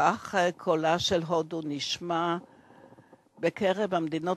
בכך קולה של הודו נשמע בקרב המדינות